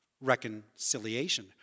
reconciliation